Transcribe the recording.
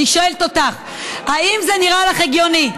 אני שואלת אותך, האם זה נראה לך הגיוני?